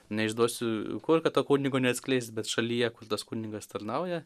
neišduosiu kur kad to kunigo neatskleist bet šalyje kur tas kunigas tarnauja